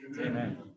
Amen